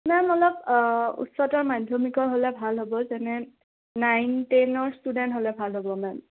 ma'am অলপ উচ্চতৰ মাধ্যমিকৰ হ'লে ভাল হ'ব যেনে নাইন টেনৰ ষ্টুডেণ্ট হ'লে ভাল হ'ব মেম